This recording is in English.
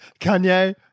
Kanye